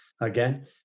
again